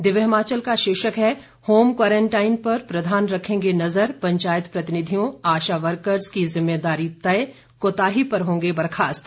दिव्य हिमाचल का शीर्षक है होम क्वारंटाइन पर प्रधान रखेंगे नज़र पंचायत प्रतिनिधियों आशा वर्कर्ज की जिम्मेदारी तय कोताही पर होंगे बर्खास्त